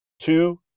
Two